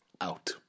out